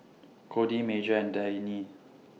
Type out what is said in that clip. Codi Major and Dannie